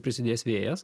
prisidės vėjas